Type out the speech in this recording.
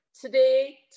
today